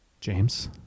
James